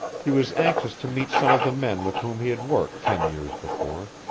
he was anxious to meet some of the men with whom he had worked ten years before,